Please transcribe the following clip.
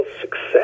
success